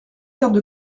cartes